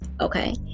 Okay